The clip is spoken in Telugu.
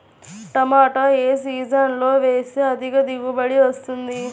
టమాటా ఏ సీజన్లో వేస్తే అధిక దిగుబడి వస్తుంది?